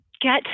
get